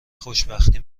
خوشبختی